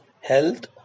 health